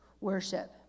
worship